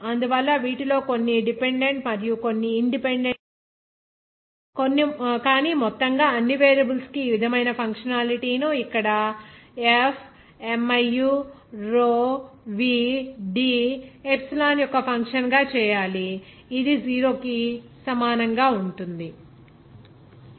అందువల్ల వీటిలో కొన్ని డిపెండెంట్ మరియు కొన్ని ఇన్ డిపెండెంట్ గా ఉంటాయి కానీ మొత్తంగా అన్ని వేరియబుల్స్ కు ఈ విధమైన ఫంక్షనాలిటీ ను ఇక్కడ f miu row v D epsilon యొక్క ఫంక్షన్ గా చేయాలి ఇది 0 కి సమానంగా ఉంటుంది